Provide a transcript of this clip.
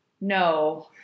no